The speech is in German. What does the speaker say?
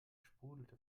sprudelte